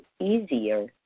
easier